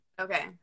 Okay